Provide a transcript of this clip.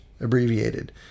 abbreviated